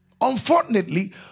Unfortunately